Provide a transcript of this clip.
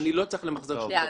אני לא צריך למחזר שום דבר.